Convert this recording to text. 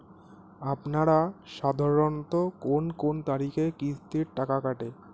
আপনারা সাধারণত কোন কোন তারিখে কিস্তির টাকা কাটে?